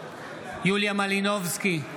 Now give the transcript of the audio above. יוליה מלינובסקי,